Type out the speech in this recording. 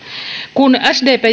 kun sdp